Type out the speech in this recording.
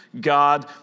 God